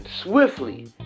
swiftly